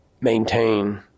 maintain